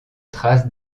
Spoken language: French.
trace